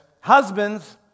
Husbands